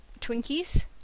Twinkies